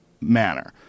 manner